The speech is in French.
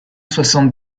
soixante